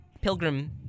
Pilgrim